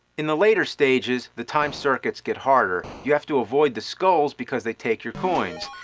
in the later stages the time circuits gets harder. you have to avoid the skulls because they take your coins,